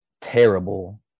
terrible